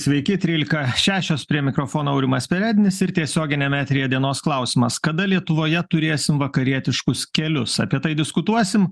sveiki trylika šešios ir prie mikrofono aurimas perednis ir tiesioginiame eteryje dienos klausimas kada lietuvoje turėsim vakarietiškus kelius apie tai diskutuosim